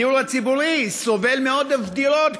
הדיור הציבורי סובל מעודף דירות,